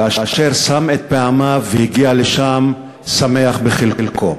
כאשר שם את פעמיו והגיע לשם שמח בחלקו.